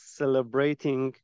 celebrating